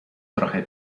trochę